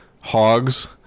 hogs